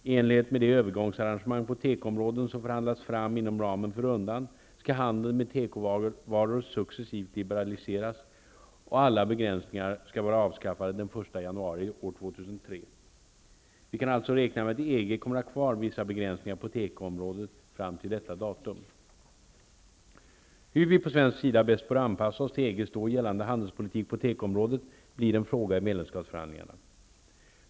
I enlighet med det övergångsarrangemang på tekoområdet som förhandlats fram inom ramen för rundan, skall handeln med tekovaror successivt liberaliseras, och alla begränsingar skall vara avskaffade den 1 januari 2003. Vi kan alltså räkna med att EG kommer att ha kvar vissa begränsningar på tekoområdet fram till detta datum. Hur vi på svensk sida bäst bör anpassa oss till EG:s då gällande handelspolitik på tekoområdet blir en fråga i medlemskapsförhandlingarna.